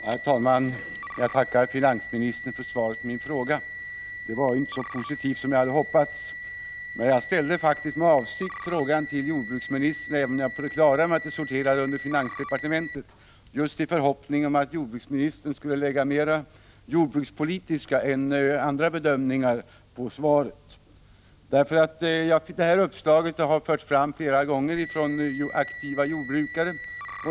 Herr talman! Jag tackar finansministern för svaret på min fråga. Det var inte så positivt som jag hade hoppats. Jag ställde faktiskt med avsikt frågan till jordbruksministern. Jag är på det klara med att frågan sorterar under finansdepartementet. Men jag ställde ändå frågan till jordbruksministern, just i förhoppning om att jordbruksministern i sitt svar i större utsträckning skulle göra jordbrukspolitiska bedömningar. Det här uppslaget har kommit flera gånger från aktiva jordbrukare.